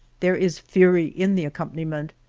there is fury in the accompaniment,